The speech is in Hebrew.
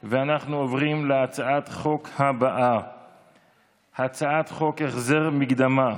משה ארבל, חבר הכנסת פינדרוס, חבר הכנסת מרגי,